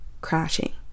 crashing